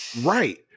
right